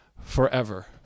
forever